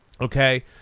okay